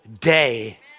day